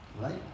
right